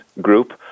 Group